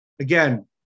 Again